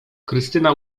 krystyna